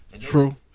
True